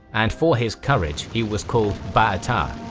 and for his courage he was called ba'atar.